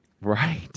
Right